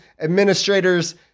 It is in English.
administrators